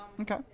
Okay